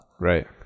right